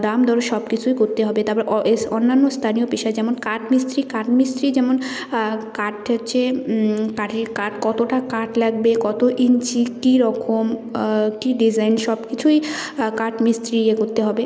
দাম দর সব কিছুই করত হবে তারপর অ এস অন্যান্য স্তানীয় পেশা যেমন কাঠ মিস্ত্রি কাঠ মিস্ত্রি যেমন কাঠ হচ্ছে কাঠের কাঠ কতোটা কাঠ লাগবে কতো ইঞ্চি কী রকম কী ডিসাইন সব কিছুই কাঠ মিস্ত্রিকে করতে হবে